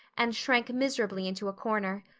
and shrank miserably into a corner.